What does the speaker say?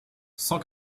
cent